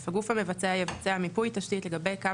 הגוף המבצע יבצע מיפוי תשתית לגבי קו